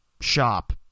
shop